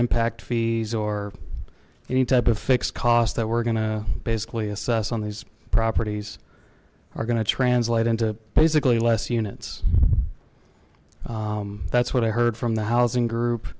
impact fees or any type of fixed cost that we're going to basically assess on these properties are going to translate into basically less units that's what i heard from the housing group